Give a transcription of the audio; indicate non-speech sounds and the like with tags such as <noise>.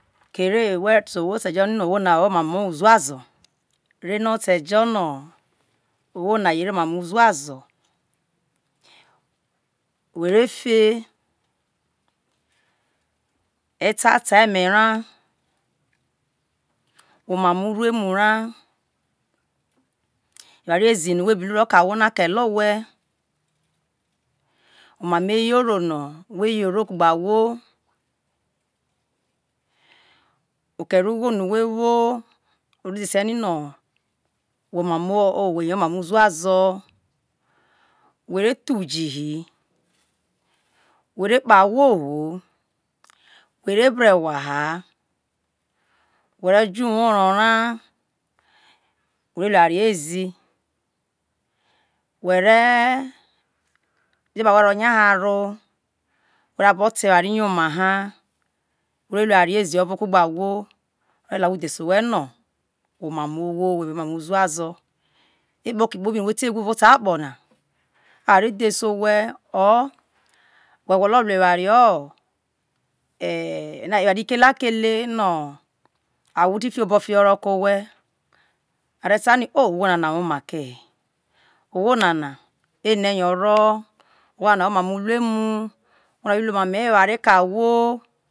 Kere we re jono who na wo omamo uzuazo re no te ho no owho na yere emamo uzuazu <hesitation> were de eta eta eme ra omamo uruemu ra eware eware ezi no who bi like awho no ekele owhe emamo eyoro no we yoro okere owho no whe wo odhese no whe who oma mo uzuazu whe re tho uji eware kpe ahwo ho whe re bru ega uana were jo uwo oro ra la eware na ezi were lu epano were ro nya haro ra abo te oware yoma ha were lu eware ezi ovo ku gbe ahwo ore lelia awho dhese owhe no whe uma mo owho ora amo uzuazu eavao ko kpobi wo te wu evao akpo na are dhese owhe o whe gwolo lu eware io ike lakele ahou a ti fi obo ho ke owhe are ti fi oho fi ho ko owe owho nana owo oma mo utu emu owho na ore lu ema mo ewa re ke awho